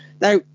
Now